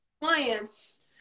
clients